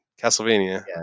Castlevania